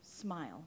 smile